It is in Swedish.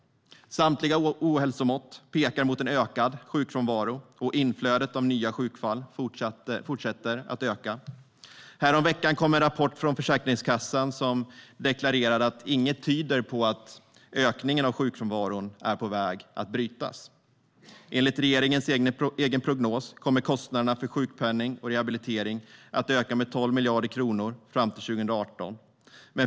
Samtliga ohälsomått pekar mot en ökad sjukfrånvaro, och inflödet av nya sjukfall fortsätter att öka. Häromveckan kom en rapport från Försäkringskassan som deklarerade att inget tyder på att ökningen av sjukfrånvaron är på väg att brytas. Enligt regeringens egen prognos kommer kostnaderna för sjukpenning och rehabilitering att öka med 12 miljarder kronor fram till 2018.